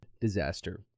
disaster